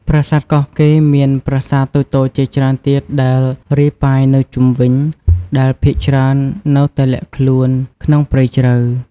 ប្រាសាទកោះកេរមានប្រាសាទតូចៗជាច្រើនទៀតដែលរាយប៉ាយនៅជុំវិញ ដែលភាគច្រើននៅតែលាក់ខ្លួនក្នុងព្រៃជ្រៅ។